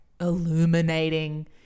illuminating